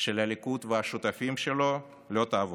של הליכוד והשותפים שלו לא תעבור.